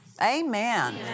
Amen